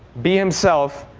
be himself,